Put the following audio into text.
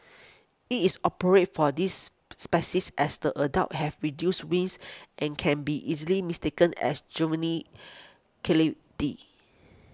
it is operate for this species as the adults have reduced wings and can be easily mistaken as juvenile katydids